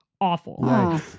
Awful